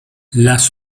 las